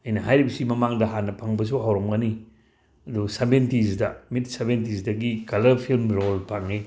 ꯑꯩꯅ ꯍꯥꯏꯔꯤꯕꯁꯤ ꯃꯃꯥꯡꯗ ꯍꯥꯟꯅ ꯐꯪꯕꯁꯨ ꯍꯧꯔꯝꯒꯅꯤ ꯑꯗꯨꯕꯨ ꯁꯕꯦꯟꯇꯤꯁꯗ ꯃꯤꯠ ꯁꯕꯦꯟꯇꯤꯁꯇꯒꯤ ꯀꯂ꯭ꯔ ꯐꯤꯂꯝ ꯔꯣꯜ ꯐꯪꯏ